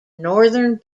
northern